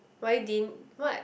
why didn't what